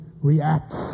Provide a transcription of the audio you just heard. reacts